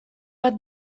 bat